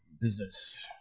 business